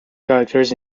characters